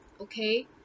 okay